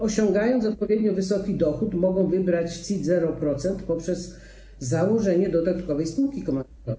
Osiągając odpowiednio wysoki dochód, mogą wybrać CIT 0% poprzez założenie dodatkowej spółki komandytowej.